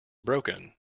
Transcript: broken